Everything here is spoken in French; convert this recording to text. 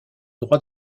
droit